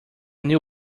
knew